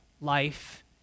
life